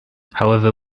however